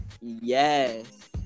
yes